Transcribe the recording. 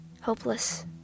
hopeless